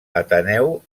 ateneu